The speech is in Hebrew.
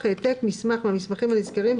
העתק מסמך מהמסמכים הנזכרים,